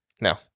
No